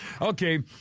Okay